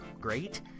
great